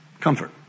comfort